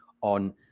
on